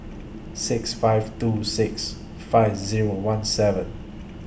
six five two six five Zero one seven